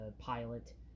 pilot